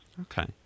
Okay